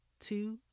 Two